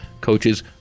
coaches